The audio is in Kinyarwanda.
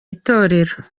itorero